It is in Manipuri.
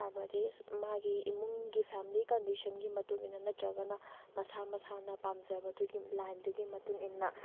ꯍꯥꯏꯕꯗꯤ ꯃꯥꯒꯤ ꯏꯃꯨꯡꯒꯤ ꯐꯦꯃꯤꯂꯤ ꯀꯟꯗꯤꯁꯟꯒꯤ ꯃꯇꯨꯡꯏꯟꯅ ꯅꯠꯇ꯭ꯔꯒꯅ ꯃꯁꯥ ꯃꯁꯥꯅ ꯄꯥꯝꯖꯕꯗꯨꯒꯤ ꯂꯥꯏꯟꯗꯨꯒꯤ ꯃꯇꯨꯡꯏꯟ